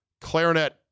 clarinet